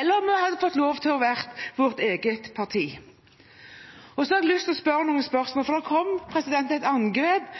eller om vi hadde fått lov til å være vårt eget parti. Så har jeg lyst til å stille noen spørsmål, for det kom et angrep